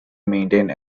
maintained